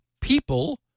People